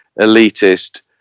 elitist